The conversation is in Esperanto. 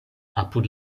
apud